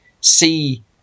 see